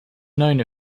known